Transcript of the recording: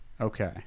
Okay